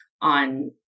on